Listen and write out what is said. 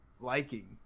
Liking